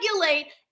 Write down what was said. regulate